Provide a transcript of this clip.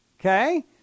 okay